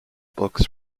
books